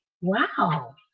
Wow